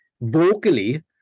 vocally